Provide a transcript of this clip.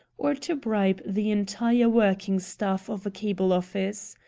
or to bribe the entire working staff of a cable office.